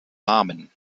namen